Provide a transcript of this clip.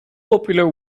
popular